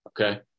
Okay